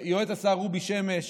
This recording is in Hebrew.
יועץ השר רובי שמש,